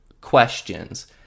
questions